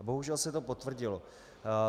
Bohužel se to potvrdilo.